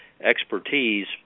expertise